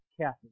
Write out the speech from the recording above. Kathy